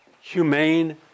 humane